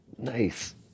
Nice